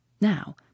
Now